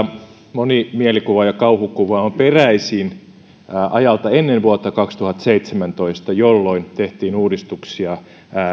moni mielikuva ja kauhukuva on peräisin ajalta ennen vuotta kaksituhattaseitsemäntoista jolloin tehtiin uudistuksia